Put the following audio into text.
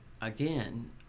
again